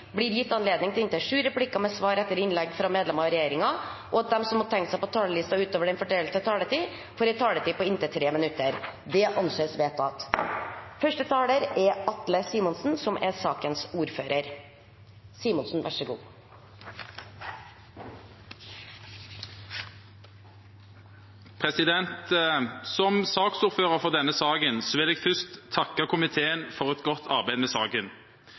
blir gitt anledning til inntil sju replikker med svar etter innlegg fra medlemmer av regjeringen, og at de som måtte tegne seg på talerlisten utover den fordelte taletid, får en taletid på inntil 3 minutter. – Det anses vedtatt. Som saksordfører for disse sakene vil jeg først takke komiteen for et godt arbeid med